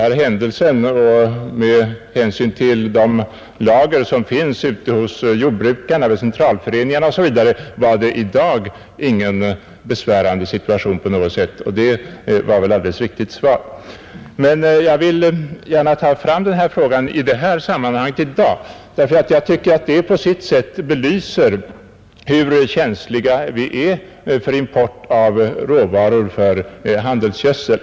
Statsrådet ansåg att det i dag, med hänsyn till de lager som fanns hos jordbrukarna, vid centralföreningarna osv., inte var någon besvärande situation. Det var väl också ett alldeles riktigt svar, men inte svar på vad jag avsåg. Men jag vill gärna i detta sammanhang påminna om min fråga som jag tycker på sitt sätt belyser hur beroende vi är av import av råvaror för handelsgödsel.